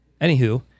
Anywho